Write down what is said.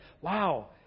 wow